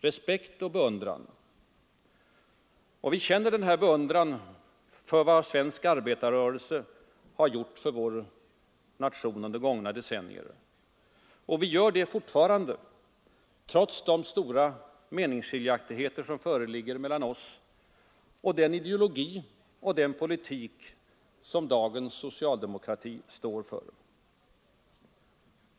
Vi känner ofta beundran för de insatser som svensk arbetarrörelse har gjort för vår nation under gångna decennier, och vi gör det fortfarande, trots de stora meningsskiljaktigheter som föreligger mellan oss och den ideologi och den politik som dagens socialdemokrati står för.